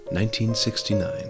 1969